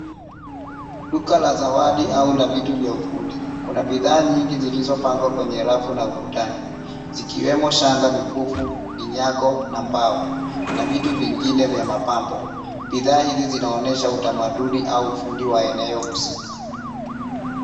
Duka la zawadi au la vitu vya ufundi. Kuna bidhaa nyingi zilizopangwa kwenye rafu na ukutani zikiwemo shanga, mikufu, vinyago na mbao na vitu vingine vya mapambo. Bidhaa hizi zinaonyesha utamaduni au ufundi wa eneo husika.